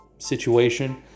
situation